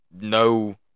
no